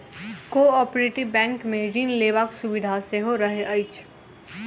cooperative बैंकमे ऋण लेबाक सुविधा सेहो रहैत अछि